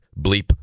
Bleep